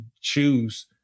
choose